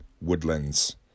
Woodlands